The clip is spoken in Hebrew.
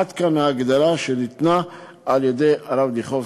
עד כאן ההגדרה שניתנה על-ידי הרב דיכובסקי.